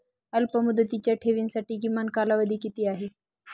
अल्पमुदतीच्या ठेवींसाठी किमान कालावधी किती आहे?